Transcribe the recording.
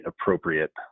appropriate